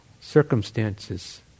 circumstances